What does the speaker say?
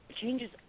Changes